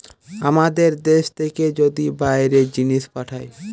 আমাদের দ্যাশ থেকে যদি বাইরে জিনিস পাঠায়